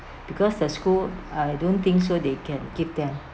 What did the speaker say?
because at school I don't think so they can give them